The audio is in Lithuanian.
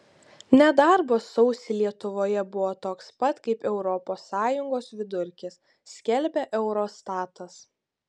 nedarbas sausį lietuvoje buvo toks pat kaip europos sąjungos vidurkis skelbia eurostatas